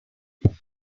never